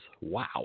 Wow